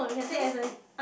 no